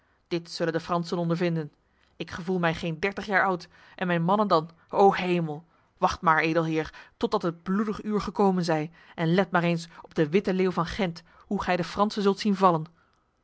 dit zullen de fransen ondervinden ik gevoel mij geen dertig jaar oud en mijn mannen dan o hemel wacht maar edelheer totdat het bloedig uur gekomen zij en let maar eens op de witte leeuw van gent hoe gij de fransen zult zien vallen